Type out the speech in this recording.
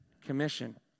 Commission